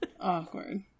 Awkward